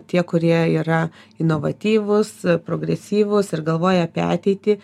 tie kurie yra inovatyvūs progresyvūs ir galvoja apie ateitį